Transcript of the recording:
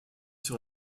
sur